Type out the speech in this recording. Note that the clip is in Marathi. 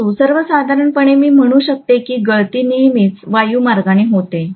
परंतु सर्वसाधारणपणे मी म्हणू शकतो की गळती नेहमीच वायुमार्गाने होते